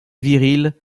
viril